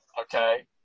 Okay